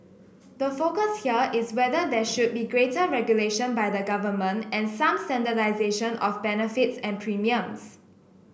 the focus here is whether there should be greater regulation by the government and some standardisation of benefits and premiums